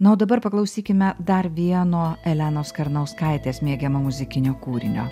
na o dabar paklausykime dar vieno elenos karnauskaitės mėgiamo muzikinio kūrinio